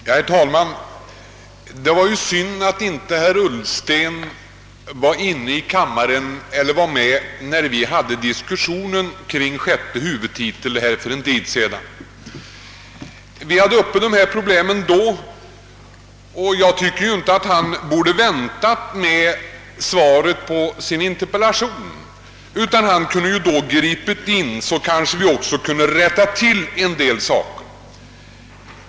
Herr talman! Det var synd att herr Ullsten inte var med när vi för en tid sedan diskuterade sjätte huvudtiteln. Vi hade då dessa problem uppe, och herr Ullsten borde inte ha väntat på att få sin interpellation besvarad, utan redan då kunde han ha ingripit. Kanske hade vi då kunnat rätta till en del saker.